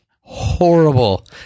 horrible